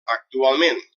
actualment